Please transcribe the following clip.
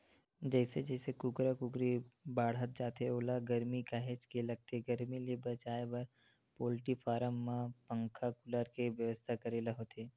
जइसे जइसे कुकरा कुकरी बाड़हत जाथे ओला गरमी काहेच के लगथे गरमी ले बचाए बर पोल्टी फारम मन म पंखा कूलर के बेवस्था करे ल होथे